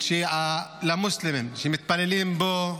למוסלמים שמתפללים בו.